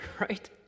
right